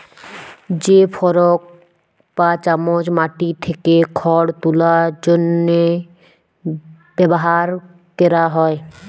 যে ফরক বা চামচ মাটি থ্যাকে খড় তুলার জ্যনহে ব্যাভার ক্যরা হয়